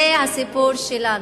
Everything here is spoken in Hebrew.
זה הסיפור שלנו.